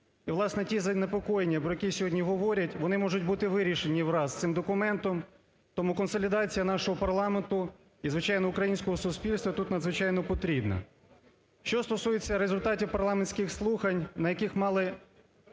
ті занепокоєння, про які сьогодні говорять, вони можуть бути вирішені враз цим документом. Тому консолідація нашого парламенту і, звичайно, українського суспільства тут надзвичайно потрібна. Що стосується результатів парламентських слухань, на яких мали